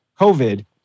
COVID